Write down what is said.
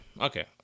okay